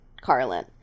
Carlin